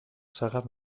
sagar